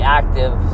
active